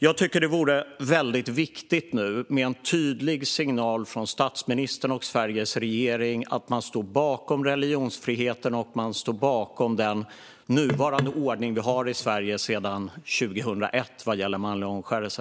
Jag tycker att det nu vore väldigt viktigt med en tydlig signal från statsministern och Sveriges regering om att man står bakom religionsfriheten och om att man står bakom den nuvarande ordning vi har i Sverige sedan 2001 vad gäller manlig omskärelse.